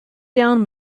down